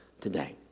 today